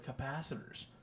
capacitors